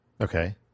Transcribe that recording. Okay